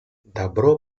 добро